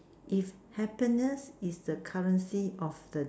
if happiness is the currency of the